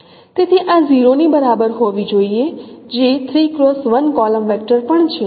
તેથી આ 0 ની બરાબર હોવી જોઈએ જે 3x1 કોલમ વેક્ટર પણ છે